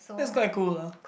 that's quite cool lah